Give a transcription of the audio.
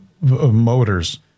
motors